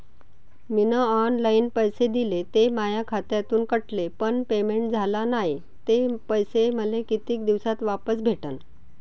मीन online पैसे दिले, ते माया खात्यातून कटले, पण पेमेंट झाल नायं, ते पैसे मले कितीक दिवसात वापस भेटन?